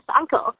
uncle